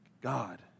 God